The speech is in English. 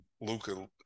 Luca